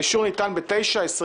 האישור ניתן ב-21:22.